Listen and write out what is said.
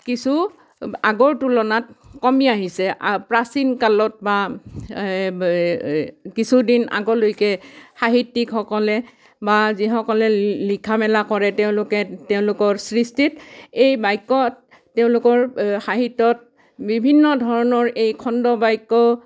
কিছু আগৰ তুলনাত কমি আহিছে প্ৰাচীন কালত বা কিছুদিন আগলৈকে সাহিত্যিকসকলে বা যিসকলে লিখা মেলা কৰে তেওঁলোকে তেওঁলোকৰ সৃষ্টিত এই বাক্যত তেওঁলোকৰ সাহিত্যত বিভিন্ন ধৰণৰ এই খণ্ডবাক্য